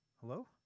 hello